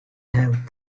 have